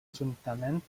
juntament